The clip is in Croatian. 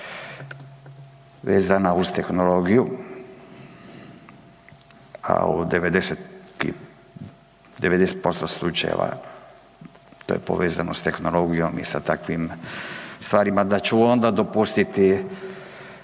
vezana uz tehnologiju, a u 90% slučajeva to je povezano s tehnologijom i sa takvim stvarima da ću onda dopustiti,